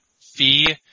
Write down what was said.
fee